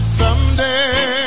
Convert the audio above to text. someday